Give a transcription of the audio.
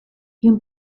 une